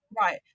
Right